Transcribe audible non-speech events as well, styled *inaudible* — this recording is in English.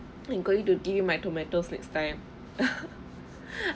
I'm going to give you my tomatoes next time *laughs*